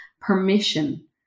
permission